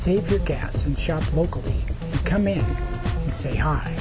save your gas and shop locally come in and say hi